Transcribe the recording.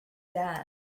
that